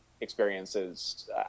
experiences